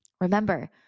Remember